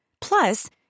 Plus